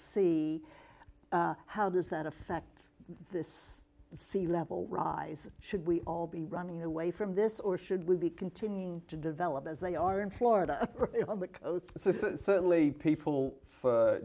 sea how does that affect this sea level rise should we all be running away from this or should we be continuing to develop as they are in florida on the coast so certainly people for